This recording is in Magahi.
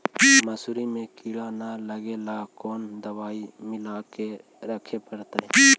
मसुरी मे किड़ा न लगे ल कोन दवाई मिला के रखबई?